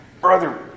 brother